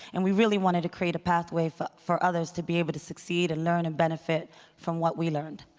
and we really wanted to create a pathway for for others to be able to succeed and learn and benefit from what we learned.